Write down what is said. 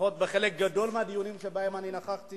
לפחות בחלק גדול מהדיונים שבהם אני נכחתי